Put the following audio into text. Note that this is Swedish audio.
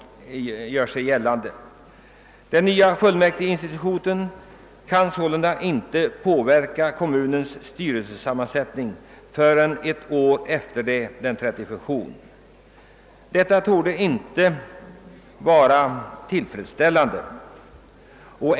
Den nya fullmäktigeinstitutionen kan sålunda inte påverka kommunens styrelsesammansättning förrän ett år efter det att den trätt i funktion. Detta torde inte vara tillfredsställande.